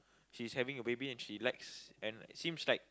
she's having a baby and she likes and seems like